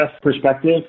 perspective